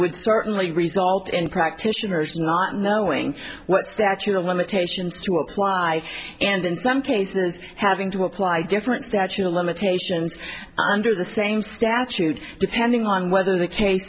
would certainly result in practitioners not knowing what statute of limitations to apply and in some cases having to apply different statute of limitations under the same statute depending on whether the